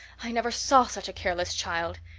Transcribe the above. i never saw such a careless child.